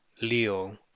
Leo